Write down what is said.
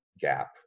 gap